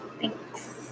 Thanks